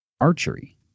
archery